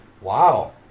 Wow